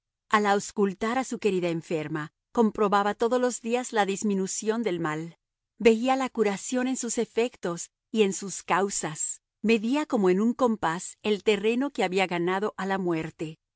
al auscultar a su querida enferma comprobaba todos los días la disminución del mal veía la curación en sus efectos y en sus causas medía como con un compás el terreno que había ganado a la muerte